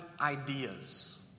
ideas